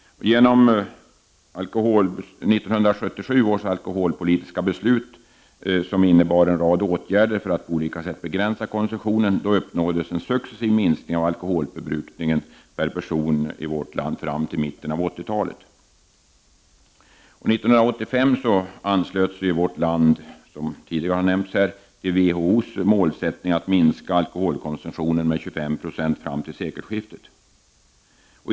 Genom 1977 års alkoholpolitiska beslut — innebärande en rad åtgärder för att på olika sätt begränsa konsumtionen — uppnåddes en successiv minskning av alkoholförbrukningen per person fram till mitten av 1980-talet. 1985 anslöt sig vårt land, som nämnts av tidigare talare, till WHO:s målsättning att minska alkoholkonsumtionen med 25 96 fram till sekelskiftet.